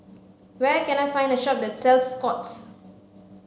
where can I find a shop that sells Scott's